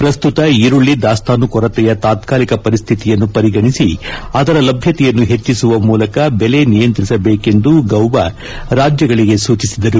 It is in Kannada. ಪ್ರಸ್ತುತ ಈರುಳ್ಳ ದಾಸ್ತಾನು ಕೊರತೆಯ ತಾತ್ನಲಿಕ ಪರಿಸ್ಥಿತಿಯನ್ನು ಪರಿಗಣಿಸಿ ಅದರ ಲಭ್ಯತೆಯನ್ನು ಹೆಚ್ಚಸುವ ಮೂಲಕ ಬೆಲೆ ನಿಯಂತ್ರಿಸಬೇಕೆಂದು ಗೌಬಾ ರಾಜ್ಯಗಳಿಗೆ ಸೂಚಿಸಿದರು